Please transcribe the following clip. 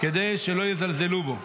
כדי שלא יזלזלו בו".